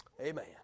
Amen